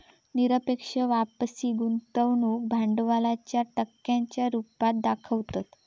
निरपेक्ष वापसी गुंतवणूक भांडवलाच्या टक्क्यांच्या रुपात दाखवतत